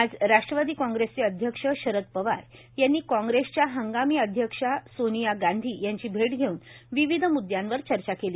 आज राष्ट्रवादी कांग्रेसचे अध्यक्ष शरद पवार यांनी कांग्रेसच्या हंगामी अध्यक्ष सोनिया गांधी यांची भेट घेऊन विविध मुदयांवर चर्चा केली